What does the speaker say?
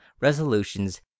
resolutions